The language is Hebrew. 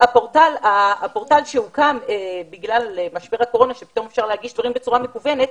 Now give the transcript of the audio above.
הפורטל שהוקם בגלל משבר הקורונה שפתאום אפשר להגיש דברים בצורה מקוונת,